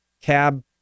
cab